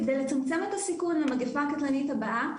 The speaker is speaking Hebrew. כדי לצמצם את הסיכון למגיפה הקטלנית הבאה,